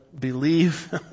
believe